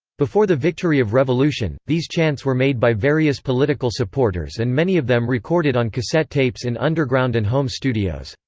before the victory of revolution, these chants were made by various political supporters and many of them recorded on cassette tapes in underground and home studios.